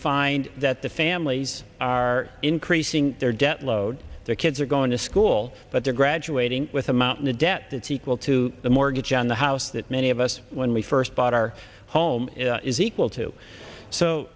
find that the families are increasing their debt load their kids are going to school but they're graduating with a mountain of debt that's equal to the mortgage on the house that many of us when we first bought our home is equal to s